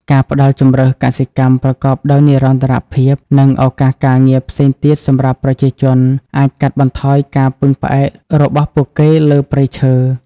ការផ្តល់ជម្រើសកសិកម្មប្រកបដោយនិរន្តរភាព និងឱកាសការងារផ្សេងទៀតសម្រាប់ប្រជាជនអាចកាត់បន្ថយការពឹងផ្អែករបស់ពួកគេលើព្រៃឈើ។